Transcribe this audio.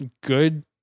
good